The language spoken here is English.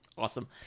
Awesome